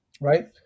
right